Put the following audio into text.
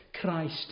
Christ